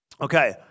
Okay